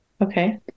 Okay